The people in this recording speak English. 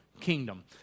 kingdom